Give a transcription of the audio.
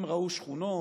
הם ראו שכונות,